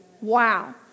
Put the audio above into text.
Wow